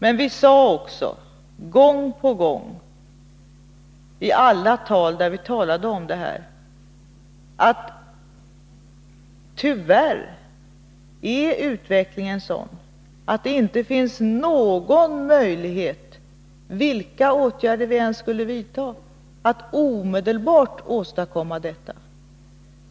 Men vi sade också gång på gång, i alla anföranden där vi talade om detta, att utvecklingen tyvärr är sådan att det inte finns någon möjlighet, vilka åtgärder vi än skulle vidta, att omedelbart åstadkomma full sysselsättning.